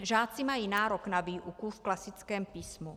Žáci mají nárok na výuku v klasickém písmu.